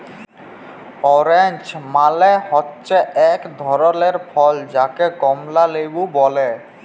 orange মালে হচ্যে এক ধরলের ফল যাকে কমলা লেবু ব্যলে